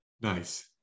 Nice